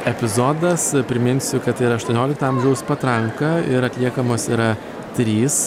epizodas priminsiu kad ir aštuoniolikto amžiaus patranka ir atliekamos yra trys